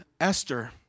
Esther